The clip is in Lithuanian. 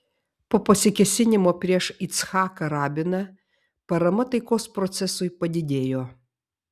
po pasikėsinimo prieš icchaką rabiną parama taikos procesui padidėjo